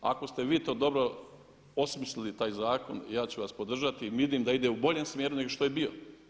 Ako ste vi to dobro osmislili taj zakon ja ću vas podržati, vidim da ide u boljem smjeru nego što je bio.